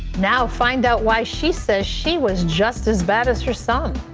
now find out why she said she was just as bad as her son.